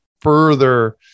further